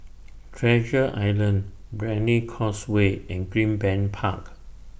Treasure Island Brani Causeway and Greenbank Park